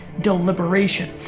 deliberation